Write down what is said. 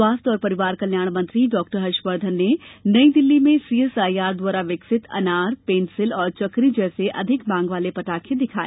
स्वास्थ्य और परिवार कल्याण मंत्री डॉक्टर हर्षवर्धन ने नई दिल्ली में सीएसआईआर द्वारा विकसित अनार पेंसिल और चक्करी जैसे अधिक मांग वाले पटाखे दिखाए